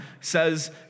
says